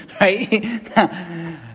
Right